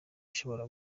ishobora